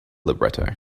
libretto